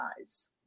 Eyes